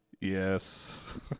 Yes